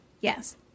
Yes